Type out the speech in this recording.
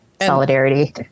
Solidarity